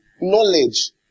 knowledge